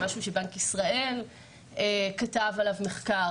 זה משהו שבנק ישראל כתב עליו מחקר,